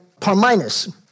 Parminus